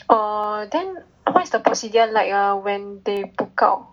oh then what's the procedure like ah when they book out